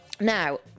Now